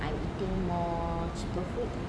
I'm eating more cheaper food